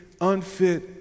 unfit